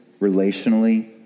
relationally